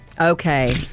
Okay